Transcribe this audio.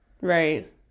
Right